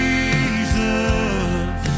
Jesus